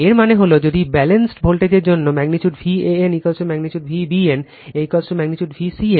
এর মানে হল যদি ব্যালেন্সড ভোল্টেজের জন্য magnitude Van magnitude Vbn magnitude Vcn